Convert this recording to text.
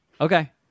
Okay